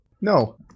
No